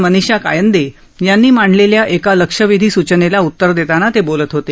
मनीषा कायंदे यांनी मांडलेल्या एका लक्षवेधी सूचनेला उत्तर देताना ते बोलत होते